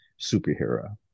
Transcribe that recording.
superhero